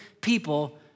people